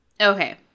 Okay